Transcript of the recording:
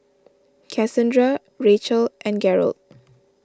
Casandra Rachel and Garold